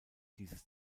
dieses